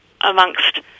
amongst